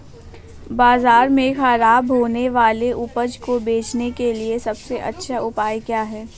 बाज़ार में खराब होने वाली उपज को बेचने के लिए सबसे अच्छा उपाय क्या हैं?